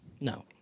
No